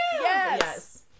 Yes